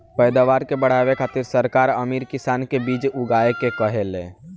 पैदावार के बढ़ावे खातिर सरकार अमीर किसान के बीज उगाए के कहेले